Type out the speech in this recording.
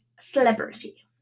celebrity